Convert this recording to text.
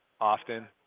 often